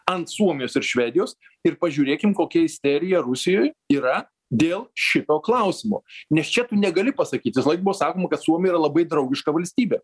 ant suomijos ir švedijos ir pažiūrėkim kokia isterija rusijoj yra dėl šito klausimo nes čia tu negali pasakyt visąlaik buvo sakoma kad suomija yra labai draugiška valstybė